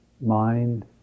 mind